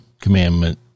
commandment